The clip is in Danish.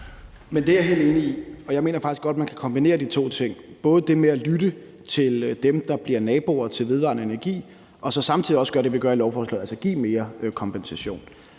Det er jeg helt enig i, og jeg mener faktisk godt, at man kan kombinere de to ting, både det med at lytte til dem, der bliver naboer til vedvarende energi, og så samtidig også gøre det, vi gør med lovforslaget, altså give mere kompensation.